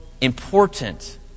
important